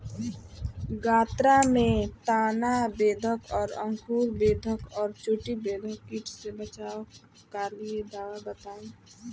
गन्ना में तना बेधक और अंकुर बेधक और चोटी बेधक कीट से बचाव कालिए दवा बताई?